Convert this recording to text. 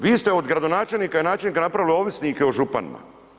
Vi ste od gradonačelnika i načelnik napravili ovisnike o županima.